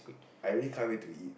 I really can't wait to eat